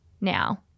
now